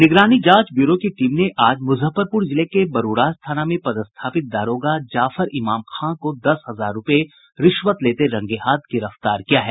निगरानी जांच ब्यूरो की टीम ने आज मुजफ्फरपूर जिले के बरूराज थाना में पदस्थापित दारोगा जाफर इमाम खां को दस हजार रुपये रिश्वत लेते रंगेहाथ गिरफ्तार किया है